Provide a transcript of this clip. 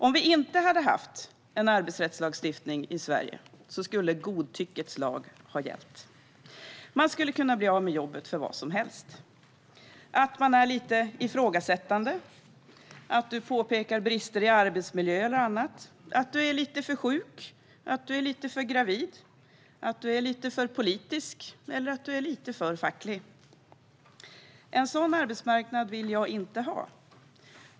Om vi inte hade haft en arbetsrättslagstiftning i Sverige skulle godtyckets lag ha gällt. Man skulle kunna bli av med jobbet för vad som helst: för att man är lite ifrågasättande eller påpekar brister i arbetsmiljö och annat, för att man är lite för sjuk, för att man är lite för gravid, för att man är lite för politisk eller för att man är lite för facklig. En sådan arbetsmarknad vill jag inte ha.